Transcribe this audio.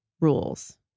rules